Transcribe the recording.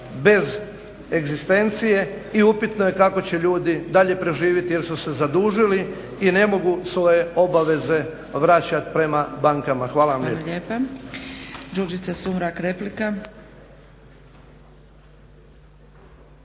bez egzistencije i upitno je kako će ljudi dalje preživjeti jer su se zadužili i ne mogu svoje obaveze vraćat prema bankama. Hvala vam lijepa.